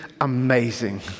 amazing